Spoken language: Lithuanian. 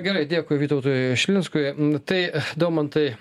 gerai dėkui vytautui šilinskui tai daumantai